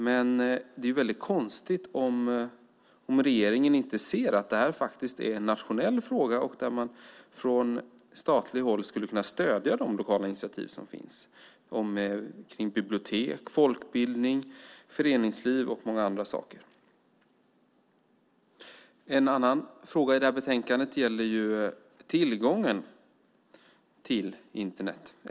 Men det är väldigt konstigt om regeringen inte ser att det är en nationell fråga, där man från statligt håll skulle kunna stödja de lokala initiativ som finns, kring bibliotek, folkbildning, föreningsliv och många andra saker. En annan fråga i betänkandet gäller tillgången till Internet.